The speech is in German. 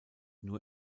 nur